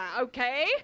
okay